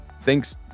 thanks